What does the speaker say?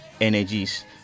energies